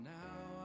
now